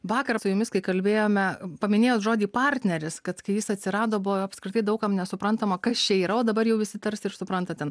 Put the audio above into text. vakaras su jumis kai kalbėjome paminėjot žodį partneris kad kai jis atsirado buvo apskritai daug kam nesuprantama kas čia yra o dabar jau visi tarsi ir supranta ten